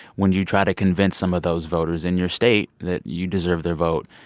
when you try to convince some of those voters in your state that you deserve their vote,